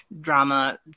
drama